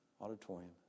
auditorium